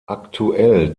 aktuell